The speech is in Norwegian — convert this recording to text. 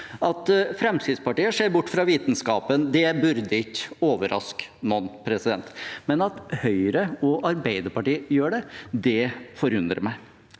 At Fremskrittspartiet ser bort fra vitenskapen, burde ikke overraske noen, men at Høyre og Arbeiderpartiet gjør det, forundrer meg.